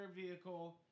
vehicle